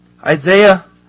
Isaiah